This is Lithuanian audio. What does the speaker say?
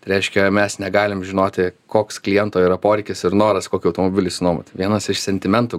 reiškia mes negalim žinoti koks kliento yra poreikis ir noras kokį automobilį išsinuomoti vienas iš sentimentų